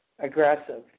aggressive